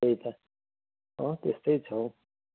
त्यही त अँ त्यस्तै छ हौ